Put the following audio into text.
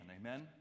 amen